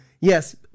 yes